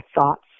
thoughts